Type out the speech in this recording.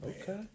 Okay